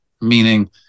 meaning